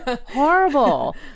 Horrible